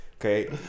Okay